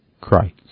Christ